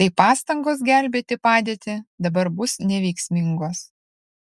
tai pastangos gelbėti padėtį dabar bus neveiksmingos